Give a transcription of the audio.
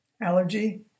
Allergy